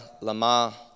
lama